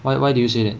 why why do you say that